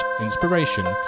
inspiration